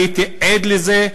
אני הייתי עד לזה,